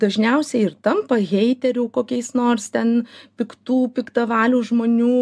dažniausiai ir tampa heiterių kokiais nors ten piktų piktavalių žmonių